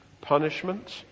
Punishment